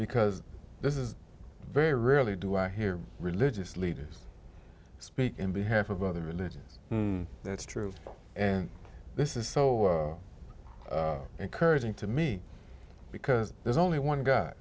because this is very rarely do i hear religious leaders speak in behalf of other religions that's true and this is so encouraging to me because there's only one g